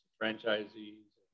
franchisees